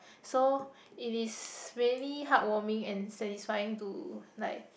so it is really heartwarming and satisfying to like